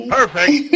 Perfect